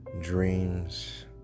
dreams